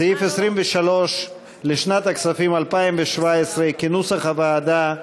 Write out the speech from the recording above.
סעיף 23 לשנת הכספים 2017, כנוסח הוועדה,